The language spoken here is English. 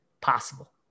possible